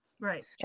Right